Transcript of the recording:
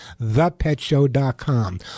thepetshow.com